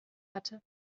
hatte